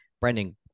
Brendan